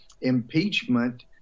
impeachment